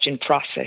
process